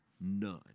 none